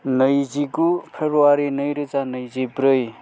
नैजिगु फेब्रुवारि नैरोजा नैजिब्रै